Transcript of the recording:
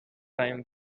time